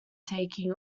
taking